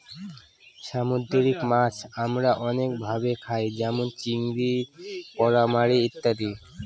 সামুদ্রিক মাছ আমরা অনেক ভাবে খায় যেমন চিংড়ি, কালামারী ইত্যাদি